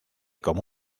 como